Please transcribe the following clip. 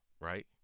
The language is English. right